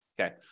okay